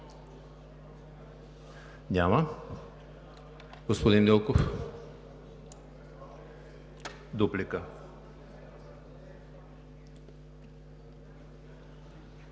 Няма. Господин Милков – дуплика.